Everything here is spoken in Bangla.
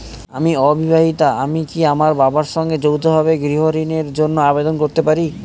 আমি অবিবাহিতা আমি কি আমার বাবার সঙ্গে যৌথভাবে গৃহ ঋণের জন্য আবেদন করতে পারি?